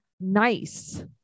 nice